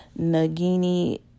Nagini